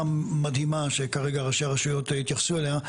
המדהימה שכרגע ראשי הרשויות התייחסו אליה,